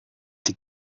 die